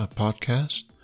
podcast